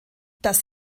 das